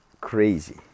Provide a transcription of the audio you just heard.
Crazy